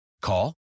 Call